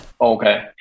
Okay